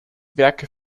werke